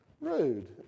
rude